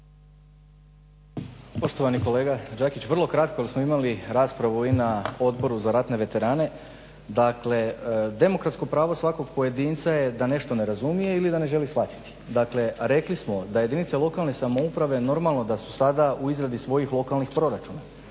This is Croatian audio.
Poštovani kolega Đakić, vrlo kratko smo imali raspravu i na Odboru za ratne veterane. Dakle, demokratsko pravo svakog pojedinca da nešto ne razumije ili da ne želi shvatiti. Dakle, rekli smo da jedinice lokalne samouprave normalno da su sada u izradi svojih lokalnih proračuna.